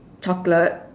chocolate